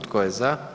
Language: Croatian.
Tko je za?